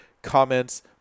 comments